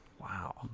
Wow